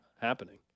happening